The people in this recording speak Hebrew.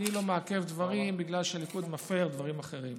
אני לא מעכב דברים בגלל שהליכוד מפר דברים אחרים.